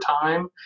time